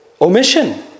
omission